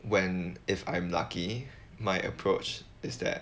when if I'm lucky my approach is that